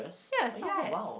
ya is not bad